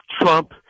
trump